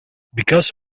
because